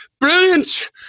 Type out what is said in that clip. Brilliant